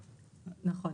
נכון.